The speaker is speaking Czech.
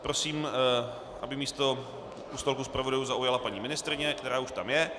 Prosím, aby místo u stolku zpravodajů zaujala paní ministryně, která už tam je.